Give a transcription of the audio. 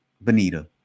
Bonita